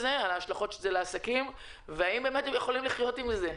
ההשלכות של זה על העסקים והאם באמת הם יכולים לחיות עם זה.